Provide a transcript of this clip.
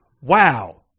Wow